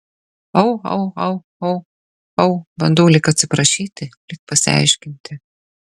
au au au au au bandau lyg atsiprašyti lyg pasiaiškinti